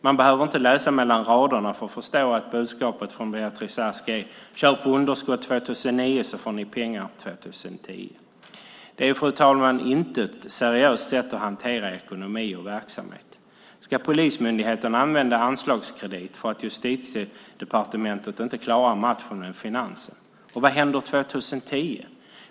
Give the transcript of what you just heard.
Man behöver inte läsa mellan raderna för att förstå att budskapet från Beatrice Ask är: Kör på underskott 2009, och så får ni pengarna 2010. Fru talman! Det är inte ett seriöst sätt att hantera ekonomi och verksamhet. Ska polismyndigheten använda anslagskredit för att Justitiedepartementet inte klarar matchen med Finansdepartementet? Vad händer 2010?